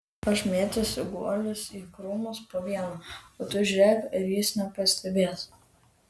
aš mėtysiu guolius į krūmus po vieną o tu žiūrėk ar jis nepastebės